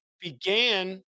began